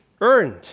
earned